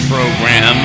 Program